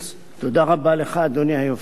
תודה רבה לך, אדוני היושב-ראש,